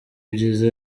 ibyiza